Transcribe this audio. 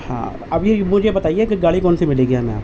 اب یہ مجھے بتائیے کہ گاڑی کون سی ملے گی ہمیں